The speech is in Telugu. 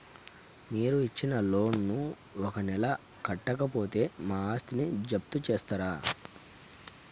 మీరు ఇచ్చిన లోన్ ను ఒక నెల కట్టకపోతే మా ఆస్తిని జప్తు చేస్తరా?